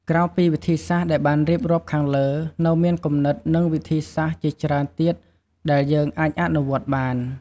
ក្រៅពីវិធីសាស្រ្តដែលបានរៀបរាប់ខាងលើ នៅមានគំនិត និងវិធីសាស្រ្តជាច្រើនទៀតដែលយើងអាចអនុវត្តបាន។